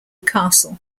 castle